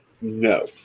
No